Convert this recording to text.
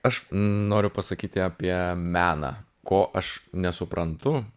aš noriu pasakyti apie meną ko aš nesuprantu